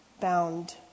bound